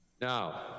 Now